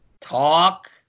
talk